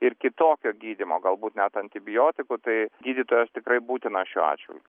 ir kitokio gydymo galbūt net antibiotikų tai gydytojas tikrai būtinas šiuo atžvilgiu